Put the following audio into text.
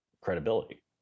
credibility